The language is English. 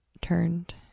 turned